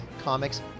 comics